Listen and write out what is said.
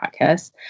podcast